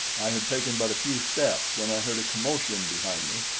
i had taken but a few steps when i heard a commotion behind me,